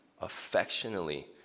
affectionately